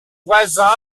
voisins